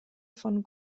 von